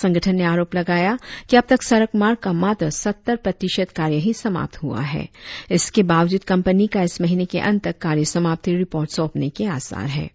संगठन ने आरोप लगाया कि अब तक सड़क मार्ग का मात्र सत्तर प्रतिशत कार्य ही समाप्त हुआ है इसके बावजूद कंपनी का इस महीने के अंत तक कार्य समाप्ति रिपोर्ट सौंपने के आसार है